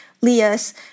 Lias